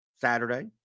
Saturday